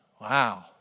wow